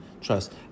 Trust